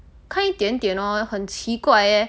看一点点哦很奇怪哦